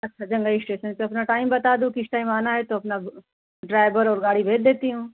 अच्छा जंगई स्टेसन पर अपना टाइम बता दो किस टाइम आना है तो अपना ड्राइबर और गाड़ी भेज देती हूँ